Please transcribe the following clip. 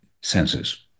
senses